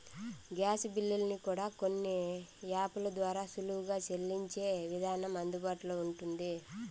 gas బిల్లుల్ని కూడా కొన్ని యాపుల ద్వారా సులువుగా సెల్లించే విధానం అందుబాటులో ఉంటుంది